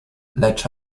lecz